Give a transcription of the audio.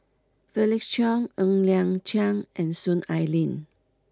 Felix Cheong Ng Liang Chiang and Soon Ai Ling